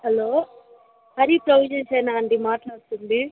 hello Hari ప్రొవిజన్సేనా అండి మాట్లాడుతుంది